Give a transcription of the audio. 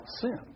sin